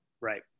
Right